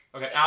Okay